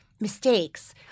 mistakes